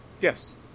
yes